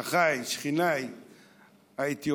אחיי, שכניי האתיופים.